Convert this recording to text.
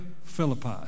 Philippi